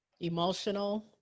emotional